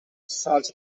soils